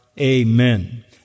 amen